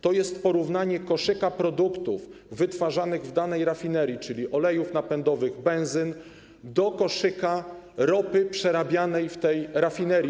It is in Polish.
To jest porównanie koszyka produktów wytwarzanych w danej rafinerii, czyli olejów napędowych, benzyn, do koszyka ropy przerabianej w tej rafinerii.